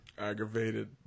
Aggravated